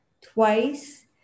twice